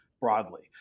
broadly